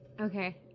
Okay